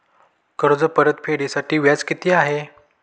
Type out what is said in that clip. कर्ज परतफेडीसाठी व्याज किती आहे?